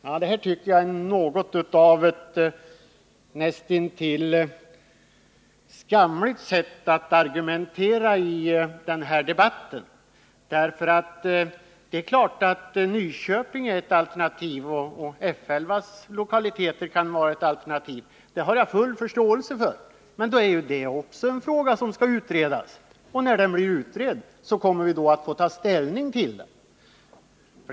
Jag tycker att detta är näst intill ett skamligt sätt att argumentera i den här debatten. Det är klart att Nyköping är ett alternativ och att F 11:s lokaliteter kan vara användbara, det har jag full förståelse för. Men då är det också en fråga som skall utredas, och när den blivit utredd kommer vi att få ta ställning till den.